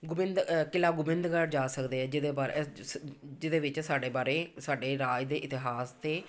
ਗੋਬਿੰਦ ਕਿਲ੍ਹਾ ਗੋਬਿੰਦਗੜ੍ਹ ਜਾ ਸਕਦੇ ਹੈ ਜਿਹਦੇ ਬਾਰੇ ਜਿਹਦੇ ਵਿੱਚ ਸਾਡੇ ਬਾਰੇ ਸਾਡੇ ਰਾਜ ਦੇ ਇਤਿਹਾਸ ਅਤੇ